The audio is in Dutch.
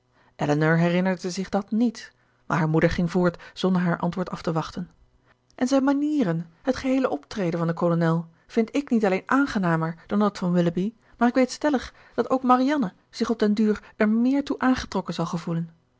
elinor herinnerde zich dat niet maar haar moeder ging voort zonder haar antwoord af te wachten en zijn manieren het geheele optreden van den kolonel vind ik niet alleen aangenamer dan dat van willoughby maar ik weet stellig dat ook marianne zich op den duur er meer toe aangetrokken zal gevoelen